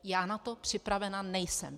Já na to připravena nejsem.